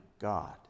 God